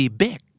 big